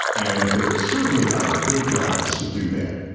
and there certainly are good grounds to do that.